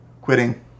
quitting